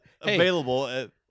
available